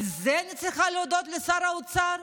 על זה אני צריכה להודות לשר האוצר?